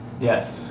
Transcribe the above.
Yes